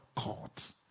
court